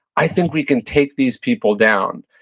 i think we can take these people down.